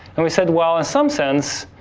and we said, well, in some sense,